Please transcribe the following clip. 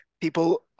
people